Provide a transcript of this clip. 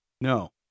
No